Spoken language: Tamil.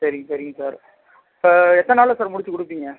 சரிங்க சரிங்க சார் இப்போ எத்தனை நாளில் சார் முடிச்சு கொடுப்பீங்க